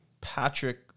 Patrick